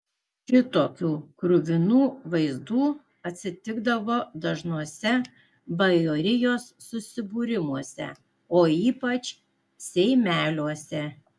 šitokių kruvinų vaizdų atsitikdavo dažnuose bajorijos susibūrimuose o ypač seimeliuose